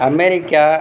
America